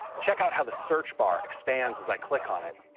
check out how the search bar expands as i click on it.